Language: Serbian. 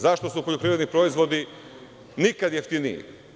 Zašto su poljoprivredni proizvodi nikad jeftiniji?